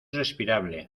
respirable